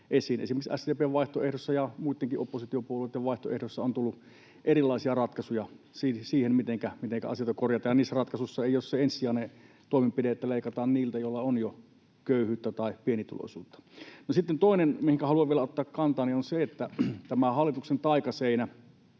Esimerkiksi SDP:n vaihtoehdossa ja muittenkin oppositiopuolueiden vaihtoehdoissa on tullut erilaisia ratkaisuja siihen, mitenkä asioita korjataan, ja niissä ratkaisuissa ei ole se ensisijainen toimenpide, että leikataan niiltä, joilla on jo köyhyyttä tai pienituloisuutta. Sitten toinen, mihinkä haluan vielä ottaa kantaa, on tämä hallituksen taikaseinä,